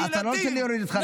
אתה לא רוצה שאני אוריד אותך,